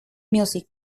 music